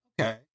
Okay